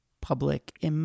Public